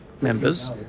members